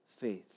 faith